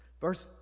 Verse